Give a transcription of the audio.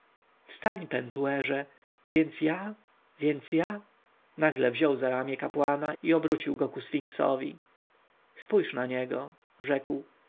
wstań pentuerze więc ja więc ja nagle wziął za ramię kapłana i obrócił go ku sfinksowi spojrzyj na niego rzekł